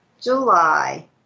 July